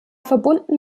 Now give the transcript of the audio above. verbunden